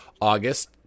August